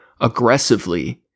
aggressively